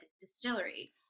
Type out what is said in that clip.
Distillery